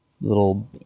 little